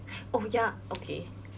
oh ya okay